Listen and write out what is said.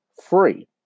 free